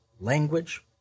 language